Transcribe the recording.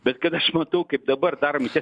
bet kad aš matau kaip dabar darom tie